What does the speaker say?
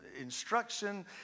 instruction